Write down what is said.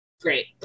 Great